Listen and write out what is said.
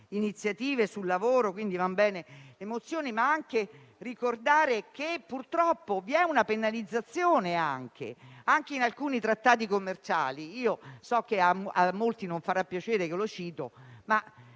iniziative e sul lavoro e, quindi, vanno bene le mozioni e dobbiamo ricordare che, purtroppo, vi è una penalizzazione anche in alcuni trattati commerciali. So che a molti non farà piacere che lo cito, ma